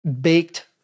baked